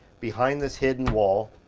behind this hidden wall,